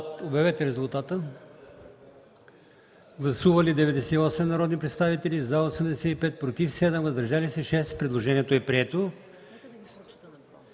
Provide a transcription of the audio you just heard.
от комисията. Гласували 94 народни представители: за 79, против 6, въздържали се 9. Предложението е прието.